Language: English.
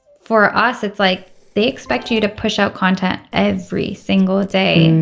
for us it's like they expect you to push out content every single day.